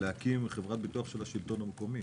להקים חברת ביטוח של השלטון המקומי.